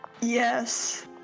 Yes